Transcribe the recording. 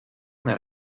that